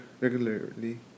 regularly